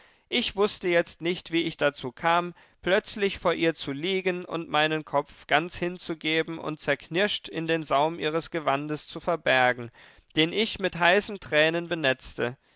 ich wußte jetzt nicht wie ich dazu kam plötzlich vor ihr zu liegen und meinen kopf ganz hinzugeben und zerknirscht in den saum ihres gewandes zu verbergen den ich mit heißen tränen benetzte